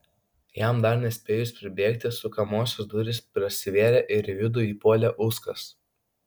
jam dar nespėjus pribėgti sukamosios durys prasivėrė ir į vidų įpuolė uskas